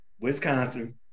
Wisconsin